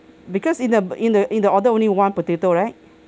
because in the in the in the order only one potato right